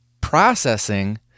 processing